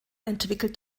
entwickelt